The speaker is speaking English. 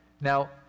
Now